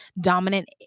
dominant